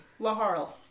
Laharl